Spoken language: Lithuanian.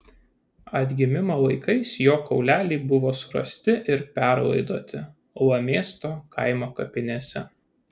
atgimimo laikais jo kauleliai buvo surasti ir perlaidoti lamėsto kaimo kapinėse